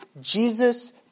Jesus